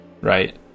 right